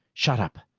shut up!